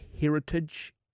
heritage